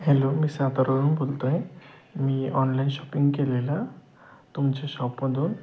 hello मी सातारावरून बोलतो आहे मी ऑनलाईन शॉपिंग केलेला तुमच्या शॉपमधून